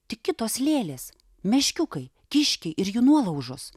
tik kitos lėlės meškiukai kiškiai ir jų nuolaužos